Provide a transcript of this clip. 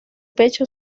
pecho